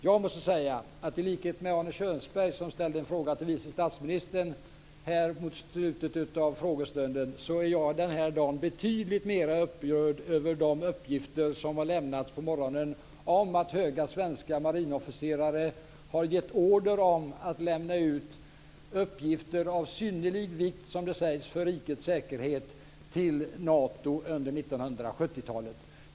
Jag måste då säga att i likhet med Arne Kjörnsberg, som ställde en fråga till vice statsministern mot slutet av frågestunden, är jag den här dagen betydligt mer upprörd över de uppgifter som har lämnats på morgonen om att höga svenska marinofficerare har gett order om att lämna ut uppgifter av synnerlig vikt, som det sägs, för rikets säkerhet till Nato under 1970-talet.